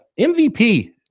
MVP